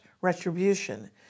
retribution